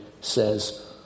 says